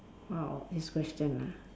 !wow! this question ah